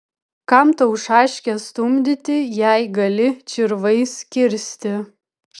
kam tau šaškes stumdyti jei gali čirvais kirsti